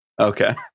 Okay